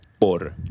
por